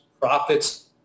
profits